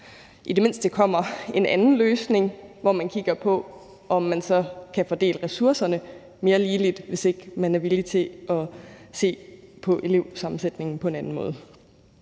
i det mindste kommer en anden løsning, hvor man kigger på, om man så kan fordele ressourcerne mere ligeligt, hvis ikke man er villig til at se på elevsammensætningen på en anden måde.